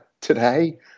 Today